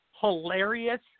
hilarious